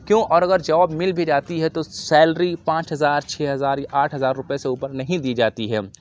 کیوں اور اگر جاب مل بھی جاتی ہے تو سیلری پانچ ہزار چھ ہزار یا آٹھ ہزار روپئے سے اُوپر نہیں دی جاتی ہے